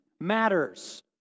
matters